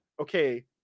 okay